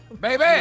baby